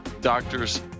doctors